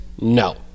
No